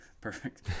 Perfect